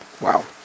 Wow